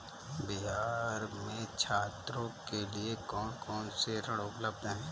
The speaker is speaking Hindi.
बिहार में छात्रों के लिए कौन कौन से ऋण उपलब्ध हैं?